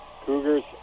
Cougars